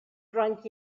drunk